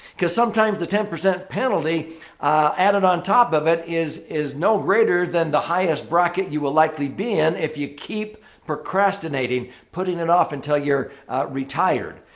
because sometimes the ten percent penalty added on top of it is is no greater than the highest bracket you will likely be in if you keep procrastinating, putting it off until you're retired.